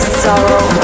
sorrow